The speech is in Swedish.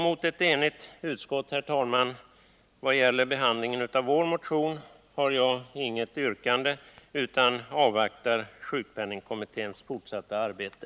Mot ett, i vad gäller behandlingen av vår motion, enigt utskott har jag, herr talman, inget yrkande utan avvaktar sjukpenningkommitténs fortsatta arbete.